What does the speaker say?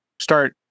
start